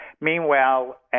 Meanwhile